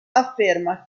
afferma